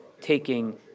taking